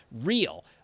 real